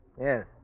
Yes